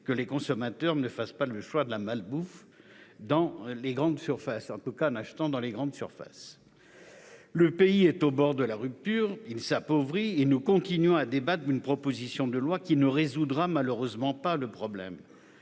que les consommateurs ne fassent pas le choix de la malbouffe dans les grandes surfaces. » Le pays est au bord de la rupture, il s'appauvrit, et nous continuons à débattre d'une proposition de loi qui ne résoudra malheureusement pas le problème.